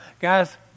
Guys